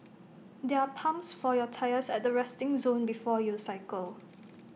there are pumps for your tyres at the resting zone before you cycle